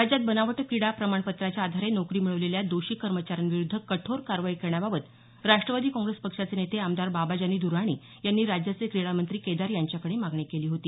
राज्यात बनावट क्रीडा प्रमाणपत्राच्या आधारे नोकरी मिळवलेल्या दोषी कर्मचाऱ्यांविरूद्ध कठोर कारवाई करण्याबाबत राष्ट्रवादी काँग्रेस पक्षाचे नेते आमदार बाबाजानी दुर्राणी यांनी राज्याचे क्रीडामंत्री केदार यांच्याकडे मागणी केली होती